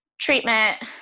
treatment